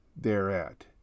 thereat